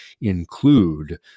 include